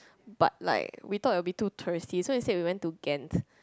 but like we thought it will be touristy so instead we went to Ghent